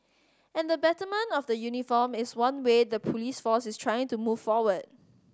and the betterment of the uniform is one way the police force is trying to move forward